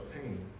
pain